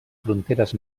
fronteres